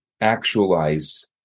actualize